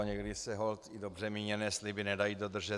Někdy se holt i dobře míněné sliby nedají dodržet.